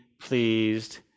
pleased